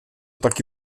taky